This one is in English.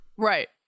right